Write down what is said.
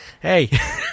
Hey